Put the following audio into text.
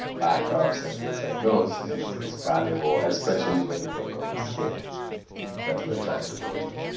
backups, and things like those, is is valuable, especially when you think of the scale that we're trying to go to